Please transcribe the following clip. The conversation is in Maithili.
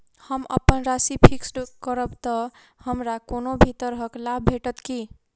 हम अप्पन राशि फिक्स्ड करब तऽ हमरा कोनो भी तरहक लाभ भेटत की?